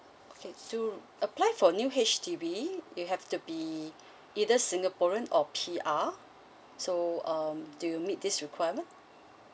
okay to apply for new H_D_B you have to be either singaporean or P_R so um do you meet this requirement